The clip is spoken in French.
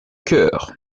cœur